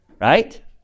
right